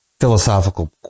philosophical